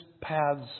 paths